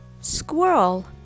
Squirrel